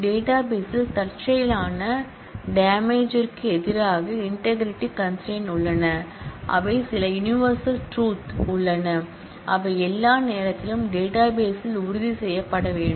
database ல் தற்செயலான டேமேஜ்ற்கு எதிராக இன்டெக்ரிடி கன்ஸ்ட்ரெயின் உள்ளன அவை சில யுனிவர்சல் ட்ரூத் உள்ளன அவை எல்லா நேரத்திலும் டேட்டாபேஸ்ல் உறுதி செய்யப்பட வேண்டும்